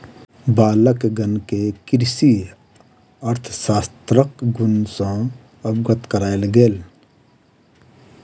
बालकगण के कृषि अर्थशास्त्रक गुण सॅ अवगत करायल गेल